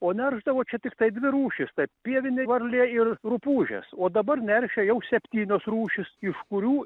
o neršdavo čia tiktai dvi rūšys tai pievinė varlė ir rupūžės o dabar neršia jau septynios rūšys iš kurių